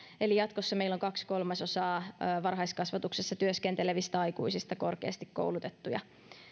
eli jatkossa meillä on kaksi kolmasosaa varhaiskasvatuksessa työskentelevistä aikuisista korkeasti koulutettuja